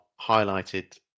highlighted